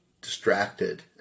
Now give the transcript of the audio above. distracted